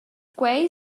quei